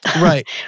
Right